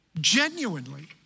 genuinely